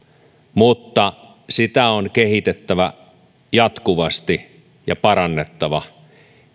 mutta infraa on kehitettävä jatkuvasti ja parannettava